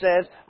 says